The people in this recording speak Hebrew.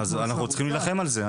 אז אנחנו צריכים להילחם על זה.